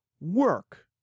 work